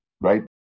right